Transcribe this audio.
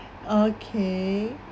okay